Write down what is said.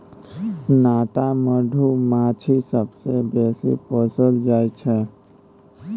नाटा मधुमाछी सबसँ बेसी पोसल जाइ छै